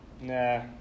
Nah